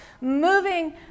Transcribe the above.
moving